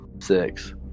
Six